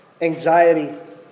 anxiety